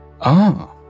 Ah